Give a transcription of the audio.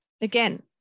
Again